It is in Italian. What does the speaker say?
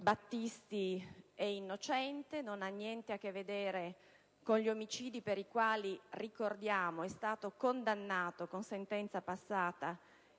Battisti è innocente, che non ha niente a che vedere con gli omicidi per i quali - lo ricordiamo - è stato condannato con sentenza passata